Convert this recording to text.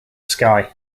skye